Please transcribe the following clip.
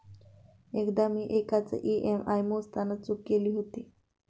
एकदा मी एकाचा ई.एम.आय मोजताना चूक केली होती